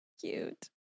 Cute